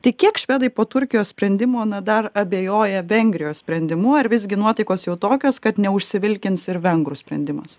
tik kiek švedai po turkijos sprendimo na dar abejoja vengrijos sprendimu ar visgi nuotaikos jau tokios kad neužsivilkins ir vengrų sprendimas